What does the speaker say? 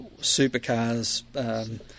supercars